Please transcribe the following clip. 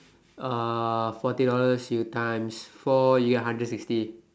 uh forty dollars you times four you get one hundred sixty